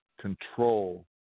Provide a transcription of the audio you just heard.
control